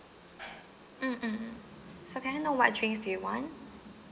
mm mm mm so can I know what drinks do you want